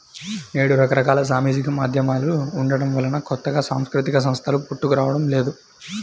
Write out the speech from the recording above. నేడు రకరకాల సామాజిక మాధ్యమాలు ఉండటం వలన కొత్తగా సాంస్కృతిక సంస్థలు పుట్టుకురావడం లేదు